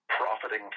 profiting